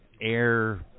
air